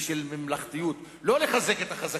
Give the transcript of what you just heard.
ושל ממלכתיות: לא לחזק את החזקים.